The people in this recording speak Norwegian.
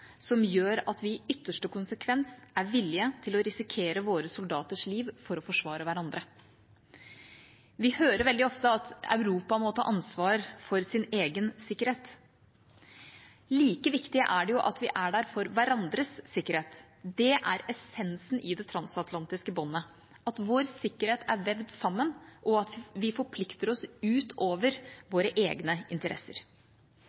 som gjør at vi i ytterste konsekvens er villige til å risikere våre soldaters liv for å forsvare hverandre. Vi hører veldig ofte at Europa må ta ansvar for sin egen sikkerhet. Like viktig er det at vi er der for hverandres sikkerhet. Det er essensen i det transatlantiske båndet: at vår sikkerhet er vevd sammen, og at vi forplikter oss utover